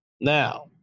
now